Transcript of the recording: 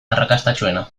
arrakastatsuena